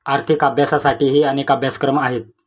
आर्थिक अभ्यासासाठीही अनेक अभ्यासक्रम आहेत